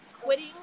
quitting